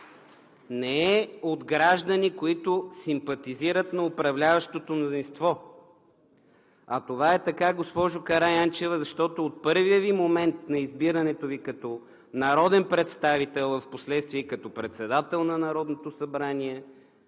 не е от граждани, които симпатизират на управляващото мнозинство. Това е така, госпожо Караянчева, защото от първия момент на избирането Ви като народен представител, а впоследствие и като председател на Народното събрание,